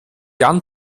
jahren